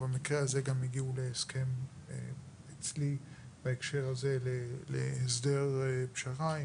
ובמקרה הזה גם הגיעו להסכם אצלי בהקשר הזה להסדר פשרה,